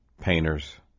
painters